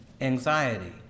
anxiety